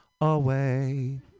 away